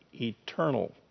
eternal